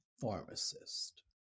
pharmacist